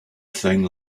thing